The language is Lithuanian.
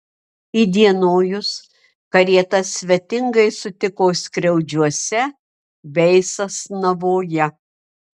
įdienojus karietas svetingai sutiko skriaudžiuose bei sasnavoje